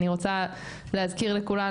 אני רוצה להזכיר לכולנו,